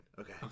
Okay